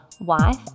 wife